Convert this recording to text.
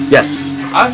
Yes